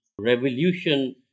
revolution